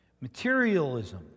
Materialism